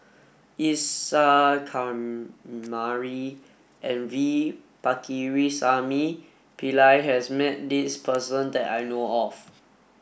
Isa Kamari and V Pakirisamy Pillai has met this person that I know of